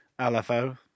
lfo